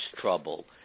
trouble